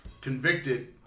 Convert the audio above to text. Convicted